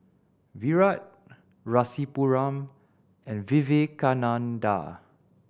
Virat Rasipuram and Vivekananda